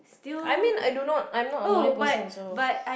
I mean I do not I'm not a morning person so